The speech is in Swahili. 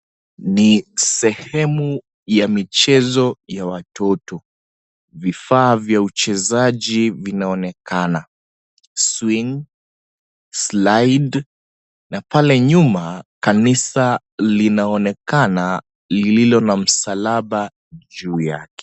Ni sehemu ya michezo ya watoto vifaa vya uchezaji vinaonekana swing slide na pale nyuma kanisa linaonekana lililo na msalaba juu yake.